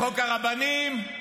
לחוק הרבנים,